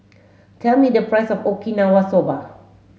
tell me the price of Okinawa Soba